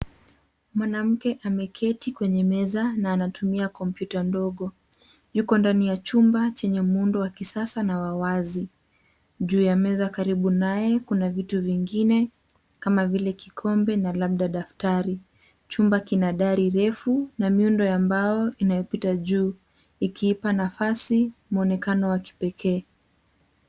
Mwanamke ameketi kwenye meza na anatumia komputa ndogo. yuko ndani ya chumba chenye muundo wa kisasa na wa wazi. Juu ya meza karibu naye, kuna vitu vingine kama vile kikombe na labda daftari. Chumba kina dari refu na miundo ya mbao inayopita juu ikiipa nafasi muonekano wa kipekee.